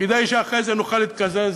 כדי שאחרי זה נוכל להתקזז